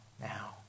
now